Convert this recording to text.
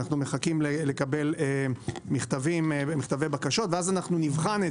אנו מחכים לקבל מכתבי בקשות ואז נבחן את